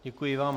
Děkuji vám.